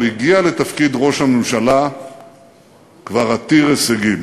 הוא הגיע לתפקיד ראש הממשלה כבר עתיר הישגים.